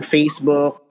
Facebook